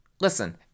listen